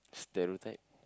stereotype